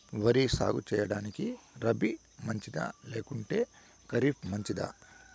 వరి సాగు సేయడానికి రబి మంచిదా లేకుంటే ఖరీఫ్ మంచిదా